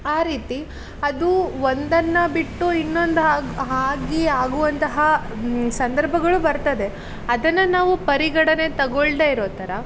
ಆ ರೀತಿ ಅದು ಒಂದನ್ನು ಬಿಟ್ಟು ಇನ್ನೊಂದು ಆಗ್ ಆಗಿ ಆಗುವಂತಹ ಸಂದರ್ಭಗಳು ಬರ್ತದೆ ಅದನ್ನು ನಾವು ಪರಿಗಣನೆಗೆ ತೊಗೊಳ್ಳದೇ ಇರೋ ಥರ